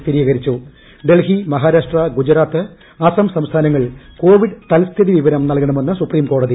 സ്ഥിരീകരിച്ചു ഡൽഹി മഹാരാഷ്ട്ര ഗുജറാത്ത് അസം സംസ്ഥാനങ്ങൾ കോവിഡ് തൽസ്ഥിതി വിവരം നൽകണമെന്ന് സുപ്രീം കോടതി